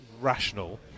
rational